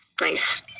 Nice